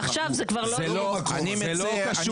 מעכשיו זה כבר לא --- זה לא קשור,